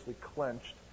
clenched